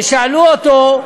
שאלו אותו: